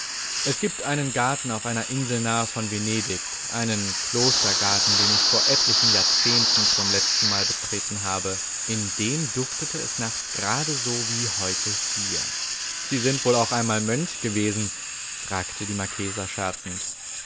es gibt einen garten auf einer insel nahe von venedig einen klostergarten den ich vor etlichen jahrzehnten zum letztenmal betreten habe in dem duftete es nachts gerade so wie heute hier sie sind wohl auch einmal mönch gewesen fragte die marchesa scherzend